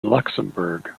luxembourg